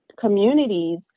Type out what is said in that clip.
communities